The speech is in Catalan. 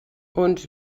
uns